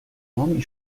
homem